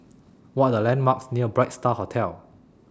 What Are The landmarks near Bright STAR Hotel